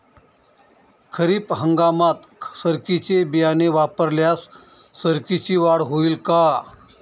खरीप हंगामात सरकीचे बियाणे वापरल्यास सरकीची वाढ होईल का?